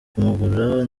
kumugura